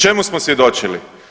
Čemu smo svjedočili?